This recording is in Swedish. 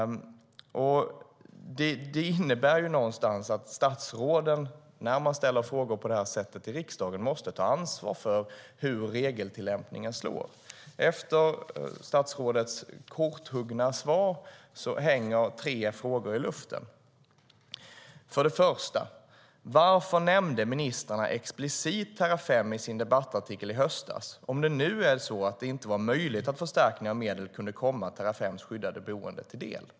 Det innebär någonstans att när man ställer frågor på detta sätt i riksdagen måste statsråden ta ansvar för hur regeltillämpningen slår. Efter statsrådets korthuggna svar hänger tre frågor i luften. För det första: Varför nämnde ministrarna explicit Terrafem i sin debattartikel i höstas om det nu är så att det inte var möjligt att förstärkning av medel kunde komma Terrafems skyddade boende till del?